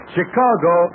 Chicago